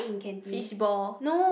fishball